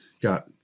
got